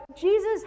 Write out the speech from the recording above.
Jesus